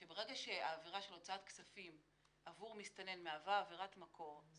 זה שברגע שהעבירה של הוצאת כספים עבור מסתנן מהווה עבירת מקור,